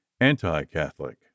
anti-Catholic